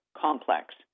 complex